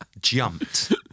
jumped